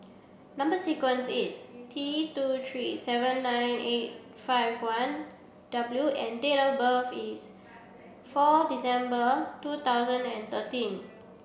number sequence is T two three seven nine eight five one W and date of birth is four December two thousand and thirteen